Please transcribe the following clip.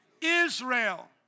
Israel